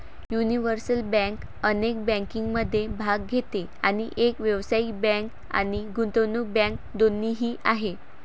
universal bank अनेक बँकिंगमध्ये भाग घेते आणि एक व्यावसायिक बँक आणि गुंतवणूक बँक दोन्ही आहे